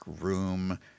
room